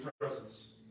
presence